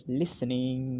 listening